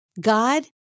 God